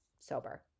sober